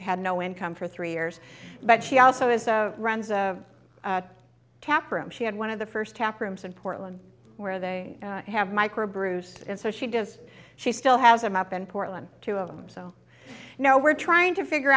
had no income for three years but she also has a runs a tap room she had one of the first half rooms in portland where they have microbrews and so she does she still has them up in portland two of them so now we're trying to figure